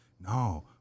no